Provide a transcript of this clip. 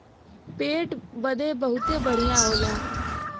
पेट बदे बहुते बढ़िया होला